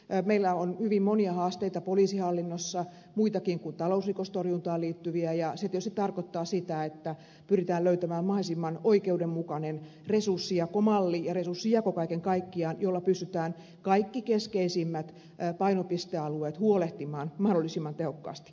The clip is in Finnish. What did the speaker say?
meillä on hyvin monia haasteita poliisihallinnossa muitakin kuin talousrikostorjuntaan liittyviä ja se tietysti tarkoittaa sitä että pyritään löytämään mahdollisimman oikeudenmukainen resurssijakomalli ja kaiken kaikkiaan resurssijako jolla pystytään kaikista keskeisimmistä painopistealueista huolehtimaan mahdollisimman tehokkaasti